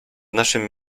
naszym